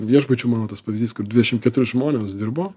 viešbučių mano tas pavyzdys kur dvidešim keturi žmonės dirbo